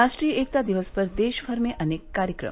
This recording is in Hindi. राष्ट्रीय एकता दिवस पर देशभर में अनेक कार्यक्रम